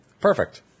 Perfect